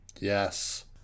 Yes